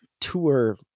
tour